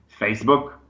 Facebook